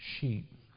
sheep